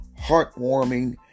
heartwarming